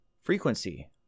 frequency